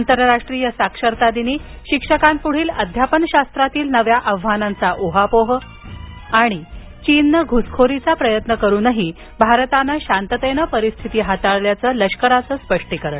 आंतरराष्ट्रीय साक्षरता दिनी शिक्षकांपुढील अध्यापनशास्त्रातील नव्या आव्हानांचा उहापोह आणि चीननं घुसखोरीचा प्रयत्न करुनही भारतानं शांततेनं परिस्थिती हाताळल्याचं लष्कराचं स्पष्टीकरण